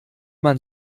man